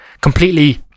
Completely